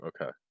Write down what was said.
Okay